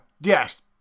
yes